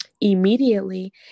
immediately